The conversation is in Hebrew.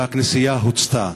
הכנסייה הוצתה,